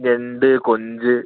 ഞണ്ട് കൊഞ്ച്